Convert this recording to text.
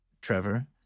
Trevor